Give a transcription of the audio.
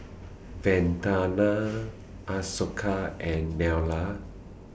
Vandana Ashoka and Neila